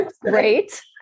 Great